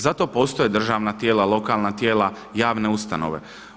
Za to postoje državna tijela, lokalna tijela, javne ustanove.